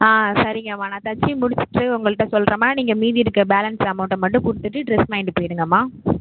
ஆ சரிங்கம்மா நான் தச்சு முடிச்சிவிட்டு உங்கள்கிட்ட சொல்றேன்மா நீங்கள் மீதி இருக்க பேலன்ஸ் அமௌன்ட்டை மட்டும் கொடுத்துட்டு ட்ரெஸ் வாய்ண்ட்டு போய்டுங்கம்மா